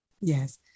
Yes